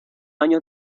años